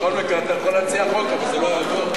בכל מקרה, אתה יכול להציע חוק, אבל זה לא יעזור.